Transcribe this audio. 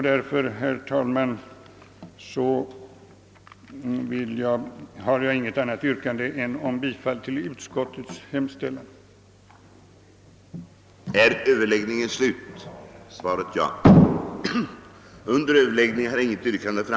Därför, herr talman, har jag inte något annat yrkande än om bifall till utskottets hemställan. Förslaget 1) åsyftade att bereda vissa utlandssvenskar möjlighet att delta i andrakammarval och folkomröstningar i Sverige samt innebure bl.a. en begränsning av rösträtten för utlandssvenskar till personer som varit kyrkobokförda här någon gång under de senaste fem kalenderåren. Det innehölle därutöver, liksom förslaget 2) i dess helhet, vissa ändringar av närmast formell natur.